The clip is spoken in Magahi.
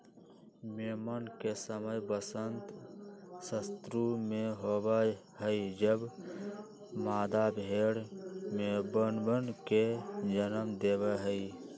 मेमन के समय वसंत ऋतु में होबा हई जब मादा भेड़ मेमनवन के जन्म देवा हई